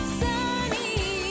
sunny